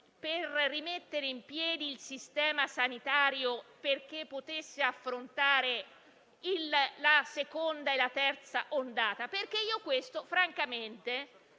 per rimettere in piedi il sistema sanitario, affinché potesse affrontare la seconda e la terza ondata? Glielo chiedo perché, francamente,